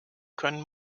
können